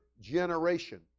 generation